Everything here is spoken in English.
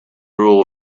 rule